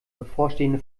bevorstehende